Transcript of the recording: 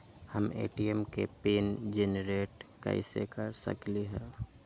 हम ए.टी.एम के PIN generate कईसे कर सकली ह?